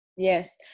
Yes